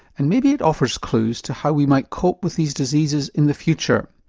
and maybe it offers clues to how we might cope with these diseases in the future.